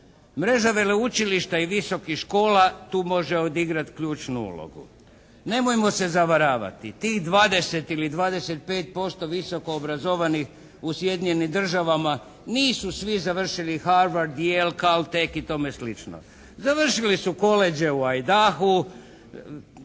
Mreža veleučilišta i visokih škola tu može odigrati ključnu ulogu. Nemojmo se zavaravati, tih 20 ili 25% visokoobrazovanih u Sjedinjenim Državama nisu svi završili Harward, Yale, …/Govornik se ne razumije./… i tome slično. Završili su koledže u Idahu,